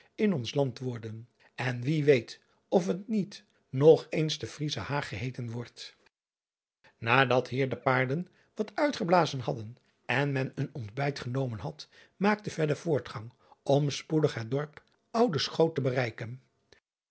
in ons land worden en wie weet of het niet nog eens de riesche aag geheeten wordt adat hier de paarden wat uitgeblazen hadden en men een ontbijt genomen had maakte voortgang om spoedig het dorp udeschoot te bereiken